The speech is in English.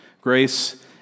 Grace